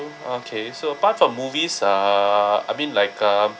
okay so apart from movies uh I mean like um